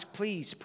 please